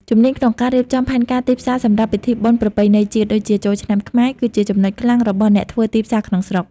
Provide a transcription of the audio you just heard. ជំនាញក្នុងការរៀបចំផែនការទីផ្សារសម្រាប់ពិធីបុណ្យប្រពៃណីជាតិ ដូចជាចូលឆ្នាំខ្មែរ គឺជាចំណុចខ្លាំងរបស់អ្នកធ្វើទីផ្សារក្នុងស្រុក។